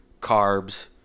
carbs